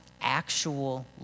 actual